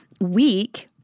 week